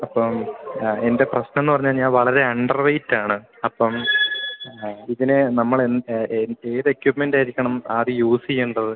അപ്പം എൻ്റെ പ്രശ്നം എന്നു പറഞ്ഞുകഴിഞ്ഞാൽ വളരെ അണ്ടർ വെയ്റ്റാണ് അപ്പം ഇതിന് നമ്മൾ ഏത് എക്യുപ്മെൻ്റായിരിക്കണം ആദ്യം യൂസ് ചെയ്യേണ്ടത്